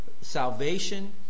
salvation